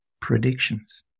predictions